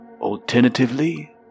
Alternatively